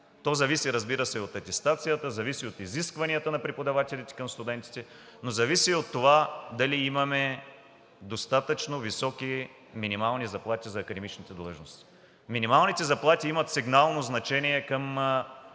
то зависи, разбира се, от атестацията, от изискванията на преподавателите към студентите, но зависи и от това дали имаме достатъчно високи минимални заплати за академичните длъжности. Минималните заплати имат сигнално значение към